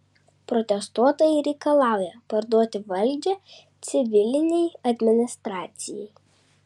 protestuotojai reikalauja perduoti valdžią civilinei administracijai